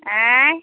अँइ